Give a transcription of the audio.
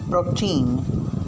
Protein